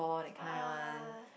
!wah!